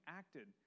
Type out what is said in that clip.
acted